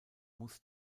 muss